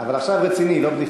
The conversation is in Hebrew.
אבל עכשיו רציני ולא בדיחה.